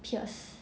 peers